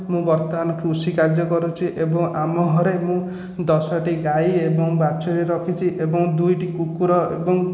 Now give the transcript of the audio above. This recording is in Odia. ମୁଁ ବର୍ତ୍ତମାନ କୃଷିକାର୍ଯ୍ୟ କରୁଛି ଏବଂ ଆମ ଘରେ ମୁଁ ଦଶଟି ଗାଈ ଏବଂ ବାଛୁରୀ ରଖିଛି ଏବଂ ଦୁଇଟି କୁକୁର ଏବଂ